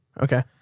Okay